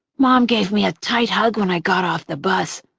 mom gave me a tight hug when i got off the bus,